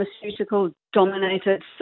pharmaceutical-dominated